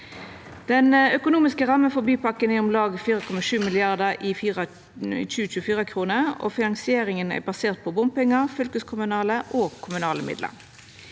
Den økonomiske ramma for bypakken er om lag 4,7 mrd. kr i 2024-kroner. Finansieringa er basert på bompengar og fylkeskommunale og kommunale midlar.